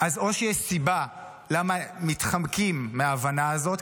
אז או שיש סיבה למה מתחמקים מההבנה הזאת,